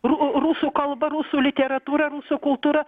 ru rusų kalba rusų literatūra rusų kultūra